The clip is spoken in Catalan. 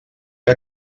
que